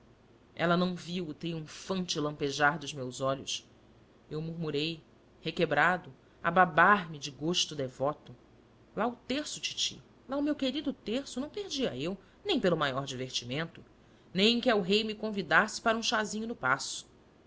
ela não viu o triunfante lampejar dos meus olhos eu murmurei requebrado a babar me de gosto devoto lá o terço titi lá o meu querido terço não perdia eu nem pelo maior divertimento nem que elrei me convidasse para um chazinho no paço